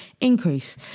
increase